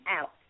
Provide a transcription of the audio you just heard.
out